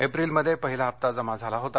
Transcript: एप्रीलमध्ये पहिला हप्ता जमा झाला होता